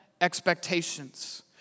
expectations